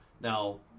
Now